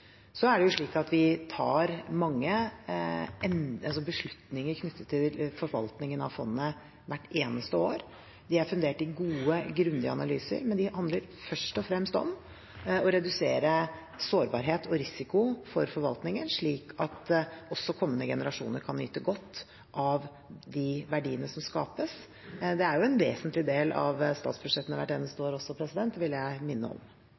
Så er det slik at vi tar mange beslutninger knyttet til forvaltningen av fondet hvert eneste år. De er fundert i gode, grundige analyser, men de handler først og fremst om å redusere sårbarhet og risiko for forvaltningen, slik at også kommende generasjoner kan nyte godt av de verdiene som skapes. Det er jo en vesentlig del av statsbudsjettene hvert eneste år også, vil jeg minne om.